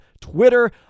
twitter